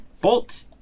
Bolt